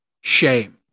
Shame